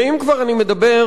ואם כבר אני מדבר,